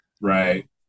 Right